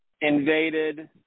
invaded